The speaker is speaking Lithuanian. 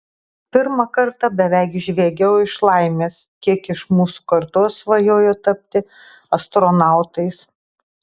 pirmą kartą beveik žviegiau iš laimės kiek iš mūsų kartos svajojo tapti astronautais